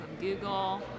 Google